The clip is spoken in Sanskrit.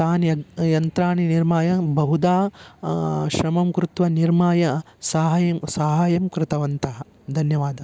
तानि यन्त्रं यन्त्राणि निर्माय बहुधा श्रमं कृत्वा निर्माय सहायं सहायं कृतवन्तः धन्यवाद